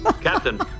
Captain